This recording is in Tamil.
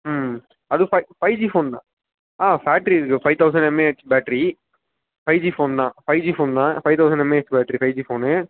ம் அது ஃபை ஃபைவ் ஜி ஃபோன் தான் ஆ பேட்ரி இருக்கு five thousand mAh battery five G phone தான் ஃபைவ் ஜி ஃபோன் தான் five thousand mAh battery five G ஃபோன்னு